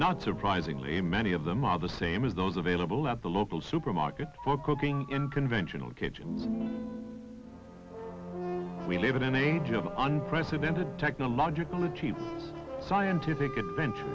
not surprisingly many of them are the same as those available at the local supermarket for cooking in conventional kitchen we live in an age of unprecedented technological achievement scientific adventure